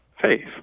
faith